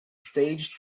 stage